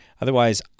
Otherwise